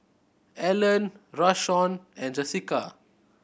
Allan Rashawn and Jesica